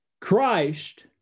Christ